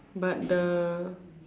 but the